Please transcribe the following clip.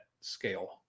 scale